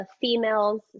females